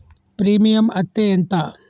Premium అత్తే ఎంత?